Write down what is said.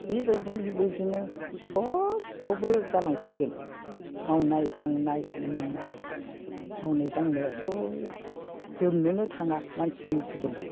बेबायदिनो बेबायदिनो सबआवबो जालांसिगोन मावनाय दांनाय लुनाय मावनाय दांनायाथ' जोबनोनो थाङा मानसिनि जिबना